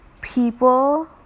people